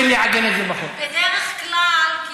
היו"ר אחמד טיבי: היו"ר אחמד טיבי: אנחנו רוצים לעגן את זה בחוק.